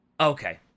Okay